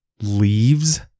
Leaves